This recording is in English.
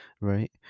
right